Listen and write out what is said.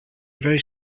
very